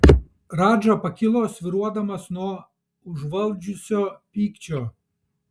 radža pakilo svyruodamas nuo užvaldžiusio pykčio